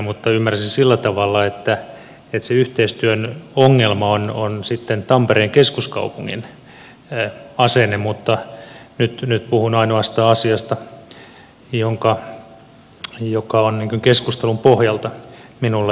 mutta ymmärsin sillä tavalla että se yhteistyön ongelma on sitten tampereen keskuskaupungin asenne mutta nyt puhun ainoastaan asiasta joka on keskustelun pohjalta minulle selvinnyt